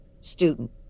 student